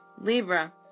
Libra